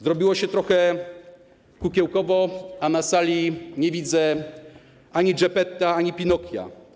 Zrobiło się trochę kukiełkowo, a na sali nie widzę ani Geppetta, ani Pinokia.